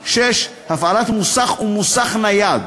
6. הפעלת מוסך ומוסך נייד,